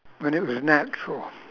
when it was natural